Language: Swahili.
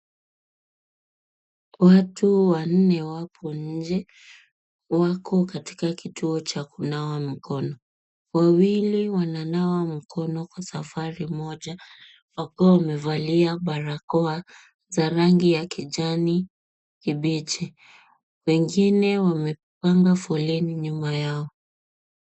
Watu wanne wapo wengi wapo kituo cha kunawa mikono. Wawili wananawa mkono kwa safari moja wakiwa wamevalia barakoa za rangi ya kijani kibichi. Wengine wamepanga foleni nyuma yao.